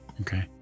Okay